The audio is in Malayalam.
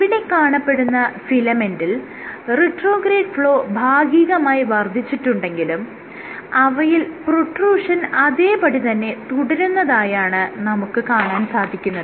ഇവിടെ കാണപ്പെടുന്ന ഫിലമെന്റിൽ റിട്രോഗ്രേഡ് ഫ്ലോ ഭാഗികമായി വർദ്ധിച്ചിട്ടുണ്ടെങ്കിലും അവയിൽ പ്രൊട്രൂഷൻ അതേപടി തന്നെ തുടരുന്നതായാണ് നമുക്ക് കാണാൻ സാധിക്കുന്നത്